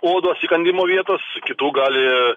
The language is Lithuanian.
odos įkandimo vietos kitų gali